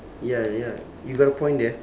ya ya you got a point there